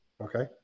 Okay